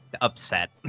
upset